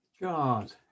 God